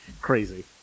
crazy